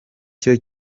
cyo